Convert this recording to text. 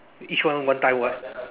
each time one time what